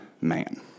man